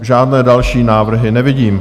Žádné další návrhy nevidím.